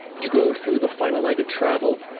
you go through the final night of travel.